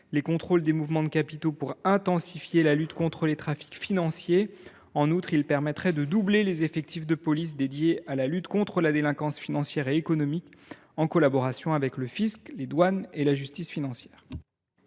les ministères de l’économie et de la justice, pour intensifier la lutte contre les trafics financiers. Son adoption permettrait de doubler les effectifs de police affectés à la lutte contre la délinquance financière et économique en collaboration avec le fisc, les douanes et la justice financière.